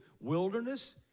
wilderness